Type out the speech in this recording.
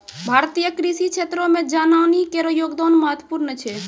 भारतीय कृषि क्षेत्रो मे जनानी केरो योगदान महत्वपूर्ण छै